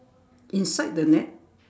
inside the net